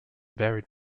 varied